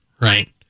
right